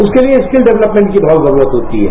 उसके लिए skill development की बहुत जरूरत होती है